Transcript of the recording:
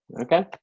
Okay